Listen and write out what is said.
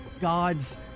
God's